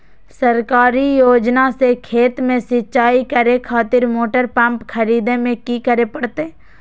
सरकारी योजना से खेत में सिंचाई करे खातिर मोटर पंप खरीदे में की करे परतय?